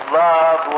love